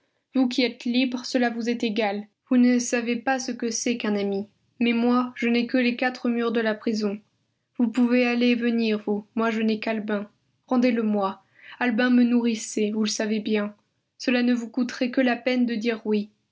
vous qui êtes libre cela vous est égal vous ne savez pas ce que c'est qu'un ami mais moi je n'ai que les quatre murs de la prison vous pouvez aller et venir vous moi je n'ai qu'albin rendez-le-moi albin me nourrissait vous le savez bien cela ne vous coûterait que la peine de dire oui